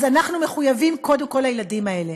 אז אנחנו מחויבים קודם כול לילדים האלה.